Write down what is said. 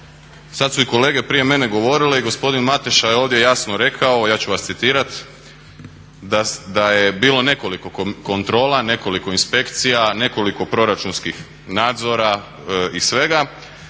Sad su i kolege prije mene govorile i gospodin Mateša je ovdje jasno rekao, ja ću vas citirat, da je bilo nekoliko kontrola, nekoliko inspekcija, nekoliko proračunskih nadzora i svega